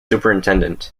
superintendent